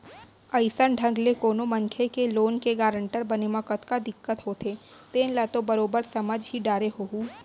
अइसन ढंग ले कोनो मनखे के लोन के गारेंटर बने म कतका दिक्कत होथे तेन ल तो बरोबर समझ ही डारे होहूँ